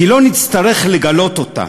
כי לא נצטרך לגלות אותה"